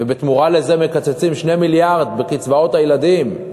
ובתמורה לזה מקצצים 2 מיליארד בקצבאות הילדים,